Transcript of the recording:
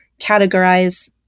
categorize